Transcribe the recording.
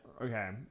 Okay